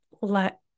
let